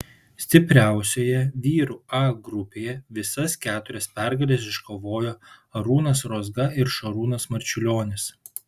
stipriausioje vyrų a grupėje visas keturias pergales iškovojo arūnas rozga ir šarūnas marčiulionis